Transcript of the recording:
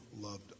loved